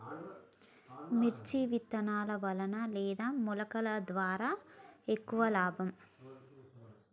మిర్చి విత్తనాల వలన లేదా మొలకల ద్వారా ఎక్కువ లాభం?